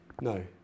No